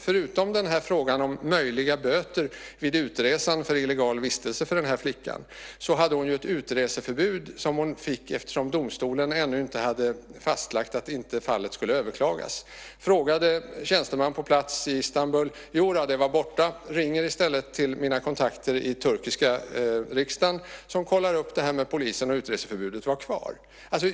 Förutom frågan om möjliga böter vid utresan för illegal vistelse för denna flicka hade hon ju ett utreseförbud som hon fick eftersom domstolen ännu inte hade fastlagt att fallet inte skulle överklagas. Jag frågade tjänsteman på plats i Istanbul. Jo, det var borta. Jag ringer i stället till mina kontakter i den turkiska riksdagen som kontrollerar detta med polisen, och utreseförbudet var kvar.